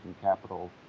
capital